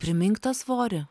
primink tą svorį